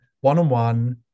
one-on-one